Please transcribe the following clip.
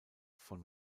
von